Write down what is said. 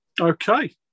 Okay